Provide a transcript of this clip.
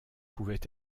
pouvaient